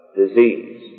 disease